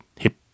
hip